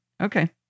Okay